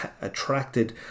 attracted